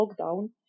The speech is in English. lockdown